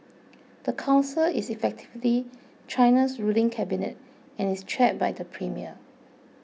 the council is effectively China's ruling cabinet and is chaired by the premier